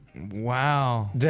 Wow